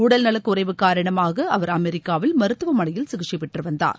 உடல்நலக் குறைவுக் காரணமாக அவர் அமெரிக்காவில் மருத்துவமனையில் சிகிச்சை பெற்று வந்தார்